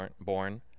born